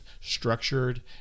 structured